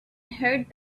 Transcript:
hurried